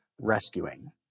rescuing